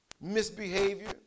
misbehavior